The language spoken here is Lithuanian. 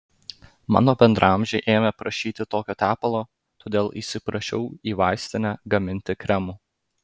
mano bendraamžiai ėmė prašyti tokio tepalo todėl įsiprašiau į vaistinę gaminti kremų